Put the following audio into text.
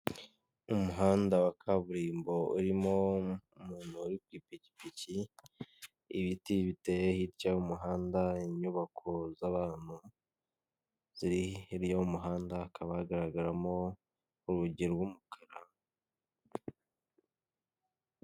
Umuhanda wa kaburimbo urimo umuntu uri ku ipikipiki, ibiti biteye hirya y'umuhanda, inyubako z'abantu ziri hirya y'umuhanda hakaba hagaragaramo urugi rw'umukara.